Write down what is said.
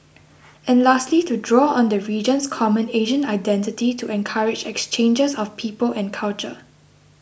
and lastly to draw on the region's common Asian identity to encourage exchanges of people and culture